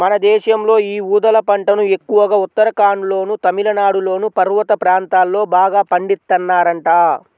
మన దేశంలో యీ ఊదల పంటను ఎక్కువగా ఉత్తరాఖండ్లోనూ, తమిళనాడులోని పర్వత ప్రాంతాల్లో బాగా పండిత్తన్నారంట